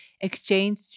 exchange